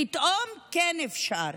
פתאום כן אפשר.